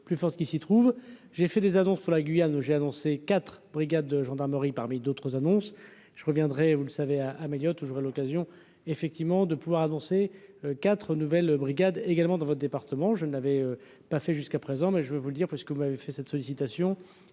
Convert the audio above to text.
plus fort, ce qui s'y trouvent, j'ai fait des annonces sur la Guyane où j'ai annoncé 4 brigades de gendarmerie parmi d'autres annonces je reviendrai vous le savez, à Amélia, toujours à l'occasion effectivement de pouvoir annoncer 4 nouvelles brigades également dans votre département, je n'avais pas fait jusqu'à présent, mais je vais vous le dire parce que vous avez fait cette sollicitation